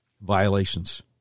violations